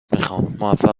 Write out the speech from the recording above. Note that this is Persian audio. میخوامموفق